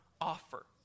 offer